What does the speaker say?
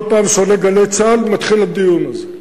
כל פעם שעולה "גלי צה"ל" מתחיל הדיון הזה.